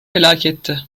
felaketti